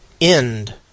End